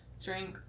drink